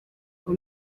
ngo